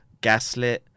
gaslit